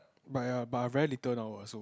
but ya but I very little now ah so